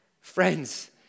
Friends